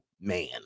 man